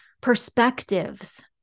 perspectives